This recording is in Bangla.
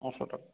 নশো টাকা